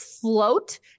float